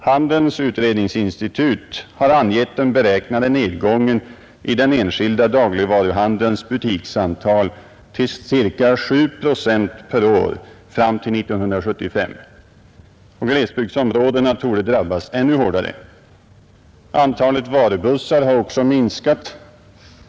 Handelns utredningsinstitut har angivit den beräknade nedgängen i den enskilda dagligvaruhandelns butiksantal till ca 7 procent per år fram till 1975. Glesbygdsområdena torde drabbas ännu hårdare. Antalet varubussar har också minskat.